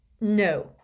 No